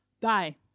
die